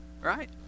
right